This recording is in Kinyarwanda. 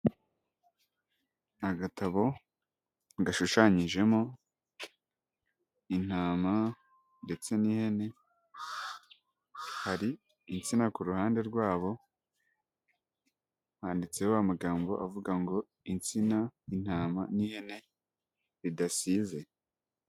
Ni agatabo gashushanyijemo intama ndetse n'ihene, hari insina ku ruhande rwabo, handitseho amagambo avuga ngo: Insina, intama n'ihene bidasize".